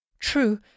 True